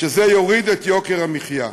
שזה יוריד את יוקר המחיה.